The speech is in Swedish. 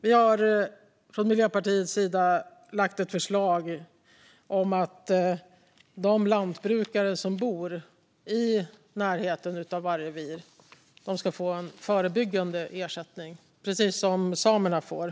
Vi i Miljöpartiet har lagt fram ett förslag om att de lantbrukare som bor i närheten av vargrevir ska få en förebyggande ersättning, precis som samerna får.